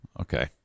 Okay